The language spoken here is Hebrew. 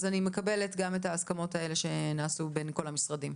אז אני מקבלת גם את ההסכמות הללו שנעשו בין כל המשרדים.